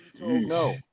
no